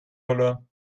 verloren